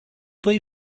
they